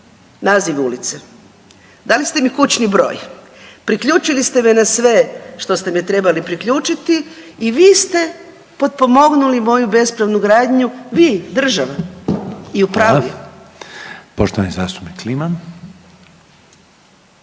naziv ulice, dali ste mi kućni broj, priključili ste me na sve što ste me trebali priključiti i vi ste potpomognuli moju bespravnu gradnju, vi, država. I u pravu je. **Reiner, Željko (HDZ)** Poštovani zastupnik Kliman.